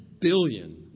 billion